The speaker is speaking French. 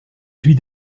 suis